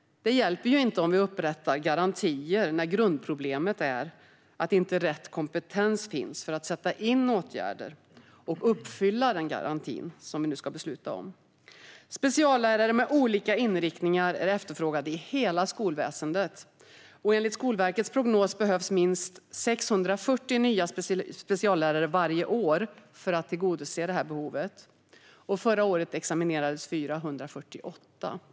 Det hjälper ju inte att upprätta garantier när grundproblemet är att inte rätt kompetens finns för att sätta in åtgärder och uppfylla garantin som vi nu ska besluta om. Speciallärare med olika inriktningar är efterfrågade i hela skolväsendet, och enligt Skolverkets prognos behövs minst 640 nya speciallärare varje år för att tillgodose behovet. Förra året utexaminerades 448.